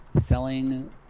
selling